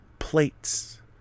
Plates